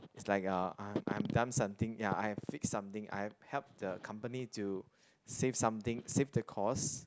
it's like um I'm done something I've done something ya I've fix something I have help the company to save something save the costs